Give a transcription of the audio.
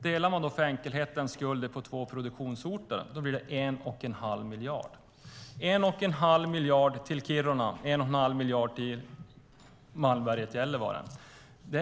Delar man det för enkelhetens skull på två produktionsorter blir det 1 1⁄2 miljard till Kiruna och 1 1⁄2 miljard till Malmberget och Gällivare.